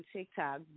TikTok